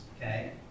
okay